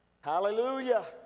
Hallelujah